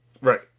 right